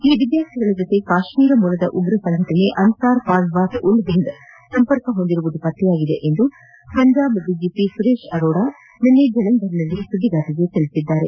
ಈ ವಿದ್ಗಾರ್ಥಿಗಳ ಜತೆ ಕಾಶ್ನೀರ ಮೂಲದ ಉಗ್ರ ಸಂಘಟನೆ ಅನ್ನಾರ್ ಫಾಜ್ನಾತ್ ಉಲ್ ಹಿಂದ್ ಸಂಪರ್ಕ ಹೊಂದಿರುವುದು ಪತ್ತೆಯಾಗಿದೆ ಎಂದು ಪಂಜಾಬ್ ಡಿಜಿಪಿ ಸುರೇಶ್ ಅರೋರ ನಿನ್ನೆ ಜಲಂಧರ್ನಲ್ಲಿ ಸುದ್ದಿಗಾರರಿಗೆ ತಿಳಿಸಿದ್ದಾರೆ